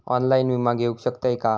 Online विमा घेऊ शकतय का?